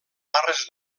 barres